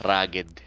Ragged